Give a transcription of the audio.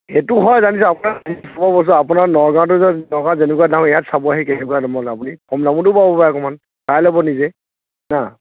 সেইটো হয় জানিছোঁ আপোনাক মই কৈছোঁ আপোনাৰ নগাঁৱত যে নগাঁৱত যেনেকুৱা দাম ইয়াত চাবহি কেনেকুৱা দামত আপুনি কম দামতো পাব পাৰে অকণমান চাই ল'ব নিজে হাঁ